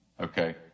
Okay